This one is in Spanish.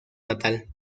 natal